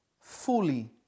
fully